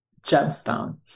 gemstone